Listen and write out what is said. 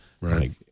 right